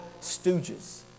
stooges